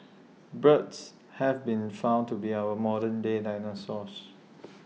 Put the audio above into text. birds have been found to be our modern day dinosaurs